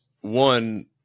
one